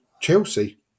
Chelsea